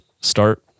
start